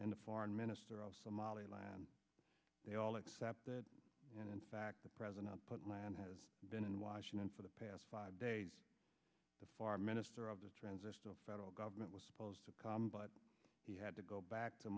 and the foreign minister of somaliland they all accept that and in fact the president put my hand has been in washington for the past five days the foreign minister of the transistor the federal government was supposed to come but he had to go back to